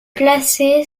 placé